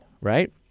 right